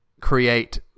create